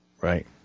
right